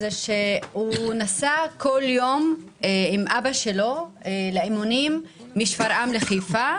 הוא נסע כל יום עם אבא שלו לאימונים משפרעם לחיפה,